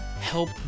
help